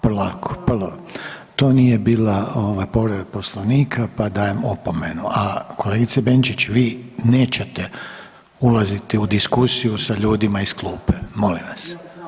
Polako, polako, to nije bila ova povreda Poslovnika pa dajem opomenu, a kolegice Benčić vi nećete ulaziti u diskusiju sa ljudima iz klupe, molim vas.